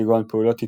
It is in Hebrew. כגון פעולות התאבדות,